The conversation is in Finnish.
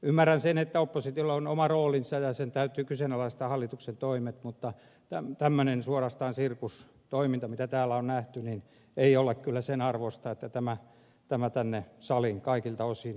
ymmärrän sen että oppositiolla on oma roolinsa ja sen täytyy kyseenalaistaa hallituksen toimet mutta tämmöinen suorastaan sirkustoiminta mitä täällä on nähty ei ole kyllä sen arvoista että tämä tänne saliin kaikilta osin kuuluisi